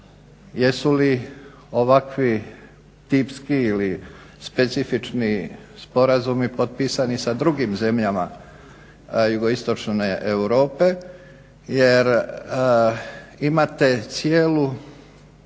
Jesu li ovakvi tipski ili specifični sporazumi potpisani sa drugim zemljama jugoistočne Europe. Jer imate cijeli